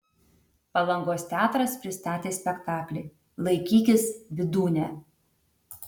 palangos teatras pristatė spektaklį laikykis vydūne